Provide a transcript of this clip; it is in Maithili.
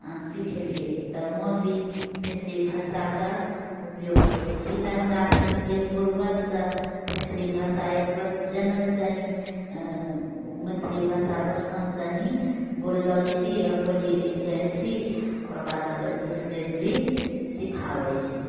सिखलियै तऽ ओ भी मैथिली भाषाके उपयोग करै छै ई तऽ हमरा सनि एक पूर्वजसँ मैथिली भाषा एक जन्मसँ हि मैथिली भाषा बचपनसँ हि बोललो छी आ बोलिके छी ओकरा बाद तऽ एक दूसरेके भी सिखाबै छी